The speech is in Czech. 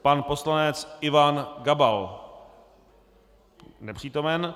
Pan poslanec Ivan Gabal: Nepřítomen.